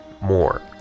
more